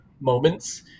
moments